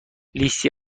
لیستی